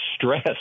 stress